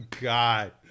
god